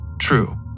true